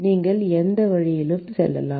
நீங்கள் எந்த வழியிலும் செல்லலாம்